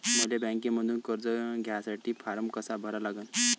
मले बँकेमंधून कर्ज घ्यासाठी फारम कसा भरा लागन?